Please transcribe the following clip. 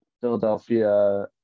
Philadelphia